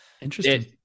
interesting